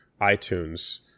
iTunes